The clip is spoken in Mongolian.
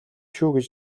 шүү